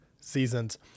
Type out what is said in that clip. Seasons